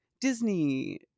disney